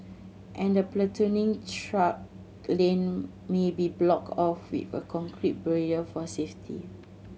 and the platooning truck lane may be blocked off with a concrete barrier for safety